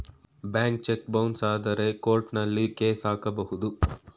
bank cheque bounce ಆದ್ರೆ ಕೋರ್ಟಲ್ಲಿ case ಹಾಕಬಹುದು